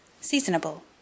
Seasonable